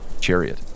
chariot